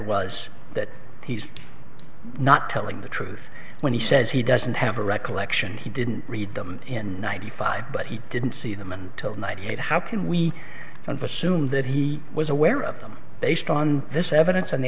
was that he's not telling the truth when he says he doesn't have a recollection he didn't read them in ninety five but he didn't see them and told ninety eight how can we not but soon that he was aware of them based on this evidence and the